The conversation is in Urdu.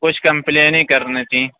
کچھ کمپلینیں کرنی تھیں